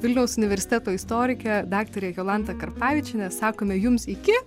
vilniaus universiteto istorikė daktarė jolanta karpavičienė sakome jums iki